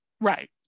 Right